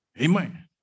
Amen